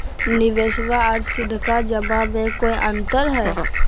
निबेसबा आर सीधका जमा मे कोइ अंतर हय?